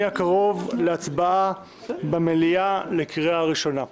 הקרוב להצבעה במליאה לקריאה ראשונה.